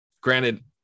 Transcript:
Granted